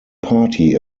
party